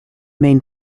main